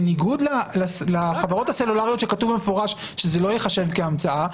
בניגוד לחברות הסלולריות שכתוב במפורש שזה לא ייחשב כהמצאה,